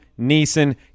Neeson